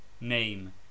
Name